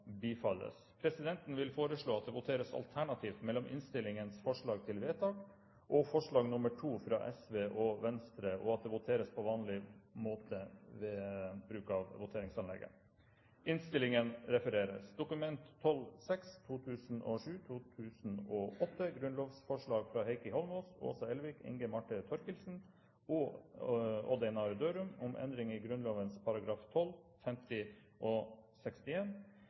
bifalles.» Presidenten vil foreslå at det voteres alternativt mellom forslaget og innstillingen fra komiteen, og at det voteres på vanlig måte, ved bruk av voteringsanlegget. – Det anses vedtatt. Under debatten har Hallgeir H. Langeland satt fram to forslag på vegne av Sosialistisk Venstreparti og Venstre. Forslag nr. 2 lyder: «Dokument 12:6 – grunnlovsforslag fra Heikki Holmås, Åsa Elvik, Inga Marte Thorkildsen og Odd Einar Dørum om endringer i